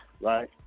Right